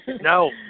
No